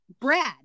Brad